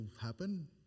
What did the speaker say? happen